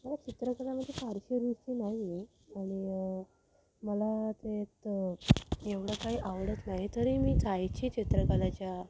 मला चित्रकलेमध्ये फारशी रुची नाही आहे आणि मला ते तर एवढं काही आवडत नाही तरी मी जायची चित्रकलेच्या